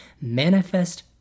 manifest